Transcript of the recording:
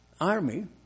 army